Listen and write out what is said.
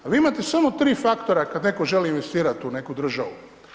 A vi imate samo 3 faktora kad netko želi investirat u neku državu.